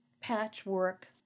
patchwork